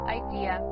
idea